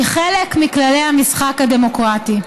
היא חלק מכללי המשחק הדמוקרטי.